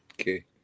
Okay